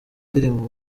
ndirimbo